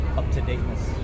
up-to-dateness